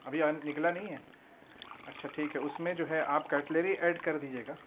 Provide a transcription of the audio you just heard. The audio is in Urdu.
ابھی نکلا نہیں ہے اچھا ٹھیک ہے اس میں جو ہے آپ کٹلری ایڈ کر دیجیے گا